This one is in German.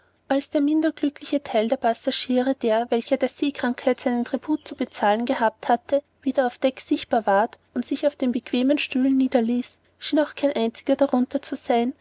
als der minder glückliche teil der passagiere der welcher der seekrankheit seinen tribut zu bezahlen gehabt hatte wieder auf deck sichtbar ward und sich auf den bequemen stühlen niederließ schien auch kein einziger darunter zu sein